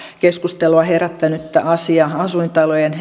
keskustelua herättänyttä asiaa asuintalojen